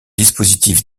dispositif